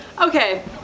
Okay